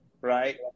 right